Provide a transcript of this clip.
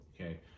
okay